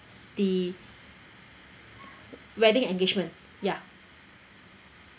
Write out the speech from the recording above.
the wedding engagement ya